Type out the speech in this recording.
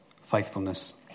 faithfulness